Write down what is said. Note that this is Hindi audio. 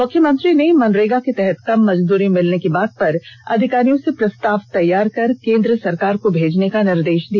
मुख्यमंत्री ने मनरेगा के तहत कम मजदूरी मिलने की बात पर अधिकारियों से प्रस्ताव तैयार कर केन्द्र सरकार को भेजने का निर्देष दिया